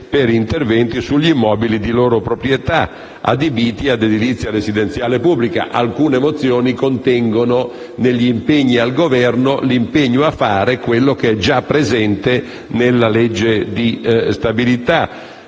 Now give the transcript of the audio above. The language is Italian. per interventi sugli immobili di loro proprietà, adibiti a edilizia residenziale pubblica. Alcune mozioni contengono nel dispositivo l'impegno al Governo a fare ciò che è già presente nella legge di stabilità.